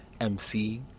MC